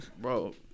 Bro